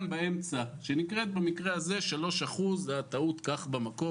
באמצע שנקראת במקרה הזה שלוש אחוז זו טעות במקור,